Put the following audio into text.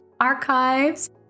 archives